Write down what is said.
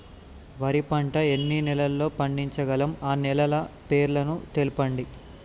వరి పంట ఎన్ని నెలల్లో పండించగలం ఆ నెలల పేర్లను తెలుపండి?